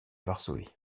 varsovie